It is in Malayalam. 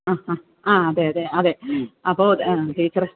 ആ ആ ആ അതെ അതെ അതെ അപ്പോൾ ടീച്ചറ്